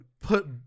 put